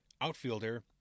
outfielder